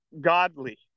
godly